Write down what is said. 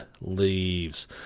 leaves